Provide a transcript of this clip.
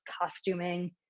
costuming